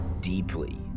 deeply